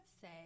say